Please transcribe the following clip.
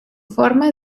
forma